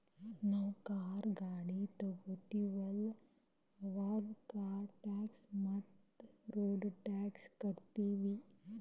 ನಾವ್ ಕಾರ್, ಗಾಡಿ ತೊಗೋತೀವಲ್ಲ, ಅವಾಗ್ ಕಾರ್ ಟ್ಯಾಕ್ಸ್ ಮತ್ತ ರೋಡ್ ಟ್ಯಾಕ್ಸ್ ಕಟ್ಟತೀವಿ